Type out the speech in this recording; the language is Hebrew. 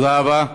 תודה רבה.